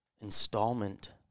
installment